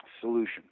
solution